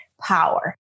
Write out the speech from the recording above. power